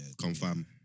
confirm